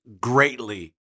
greatly